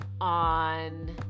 on